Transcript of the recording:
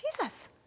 Jesus